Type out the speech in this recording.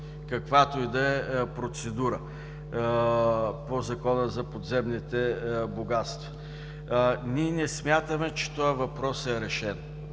каквато и да е процедура по Закона за подземните богатства. Ние не смятаме, че този въпрос е решен.